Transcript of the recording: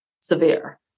severe